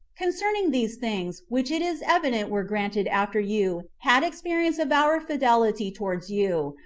concerning these things, which it is evident were granted after you had experience of our fidelity towards you,